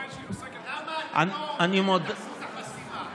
למה אתם לא עוברים את אחוז החסימה?